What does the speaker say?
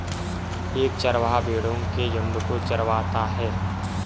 एक चरवाहा भेड़ो के झुंड को चरवाता है